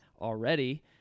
already